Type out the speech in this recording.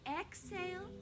exhale